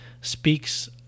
speaks